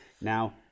Now